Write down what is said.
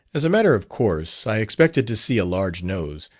as a matter of course, i expected to see a large nose,